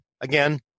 again